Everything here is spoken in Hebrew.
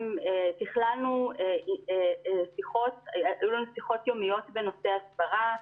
תכללנו שיחות, היו לנו שיחות יומיות בנושא ההסברה.